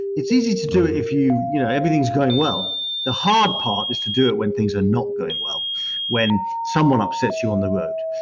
it's easy to do it if you know everything's going well. the hard part is to do it when things are not going well when someone upsets you on the road,